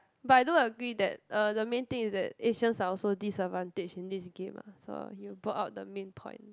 but I do agree that uh the main thing is that Asians are also disadvantaged in this game ah so you brought out the main point